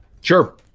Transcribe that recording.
sure